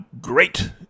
great